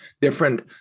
Different